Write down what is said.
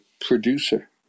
producer